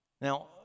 now